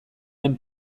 den